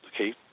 okay